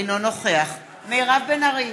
אינו נוכח מירב בן ארי,